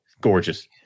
gorgeous